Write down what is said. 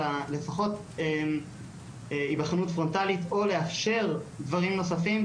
לפחות היבחנות פרונטלית או לאפשר דברים נוספים,